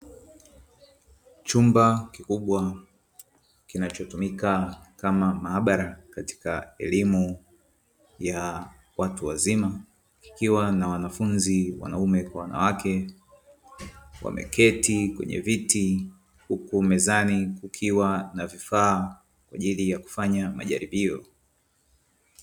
Chumba kikubwa kinachotumika kama maabara katika elimu ya watu wazima, kikiwa na wanafunzi wanaume kwa wanawake wameketi kwenye viti huku mezani kukiwa na vifaa kwa ajili ya kufanya majaribio.